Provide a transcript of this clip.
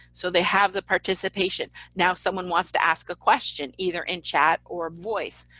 so they have the participation, now someone wants to ask a question, either in chat or voice.